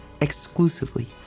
exclusively